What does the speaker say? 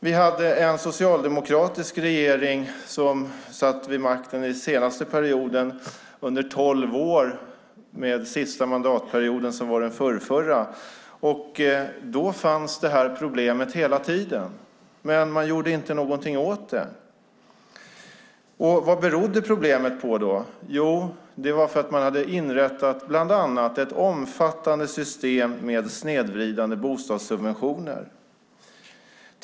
Vi har haft en socialdemokratisk regering vid makten under tolv år, senaste mandatperioden den förrförra. Då fanns det här problemet hela tiden, men man gjorde inte någonting åt det. Vad berodde problemet på? Jo, man hade inrättat bland annat ett omfattande system med snedvridande bostadssubventioner.